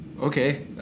Okay